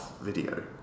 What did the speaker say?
video